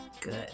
good